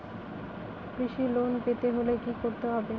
কৃষি লোন পেতে হলে কি করতে হবে?